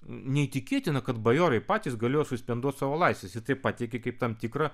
neįtikėtina kad bajorai patys galėjo suspenduot savo laisves jis tai pateikė kaip tam tikrą